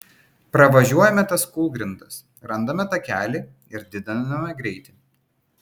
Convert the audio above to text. pravažiuojame tas kūlgrindas randame takelį ir didiname greitį